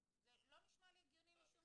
זה לא נשמע לי הגיוני משום כיוון.